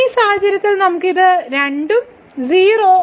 ഈ സാഹചര്യത്തിൽ നമ്മൾക്ക് ഇത് ലഭിച്ചു 0 രണ്ടും 0 ആണ്